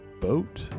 boat